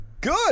good